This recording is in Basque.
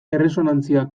erresonantzia